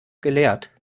geleert